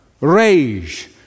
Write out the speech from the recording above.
rage